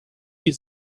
die